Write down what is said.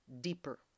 deeper